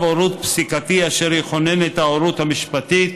הורות פסיקתי אשר יכונן את ההורות המשפטית,